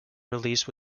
release